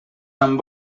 amb